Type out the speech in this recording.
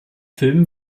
film